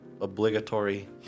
obligatory